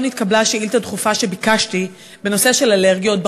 לא נתקבלה שאילתה דחופה שביקשתי בנושא של אלרגיות.